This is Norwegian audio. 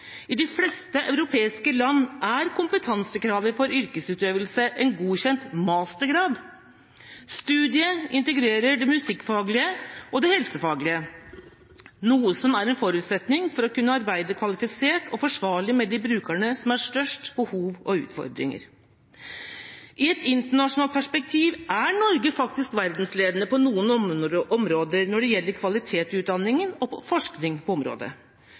I de fleste europeiske land er kompetansekravet for yrkesutøvelse en godkjent mastergrad. Studiet integrerer det musikkfaglige og det helsefaglige, noe som er en forutsetning for å kunne arbeide kvalifisert og forsvarlig med de brukerne som har størst behov og utfordringer. I et internasjonalt perspektiv er Norge faktisk verdensledende på noen områder når det gjelder kvalitet i utdanningen og forskningen på området,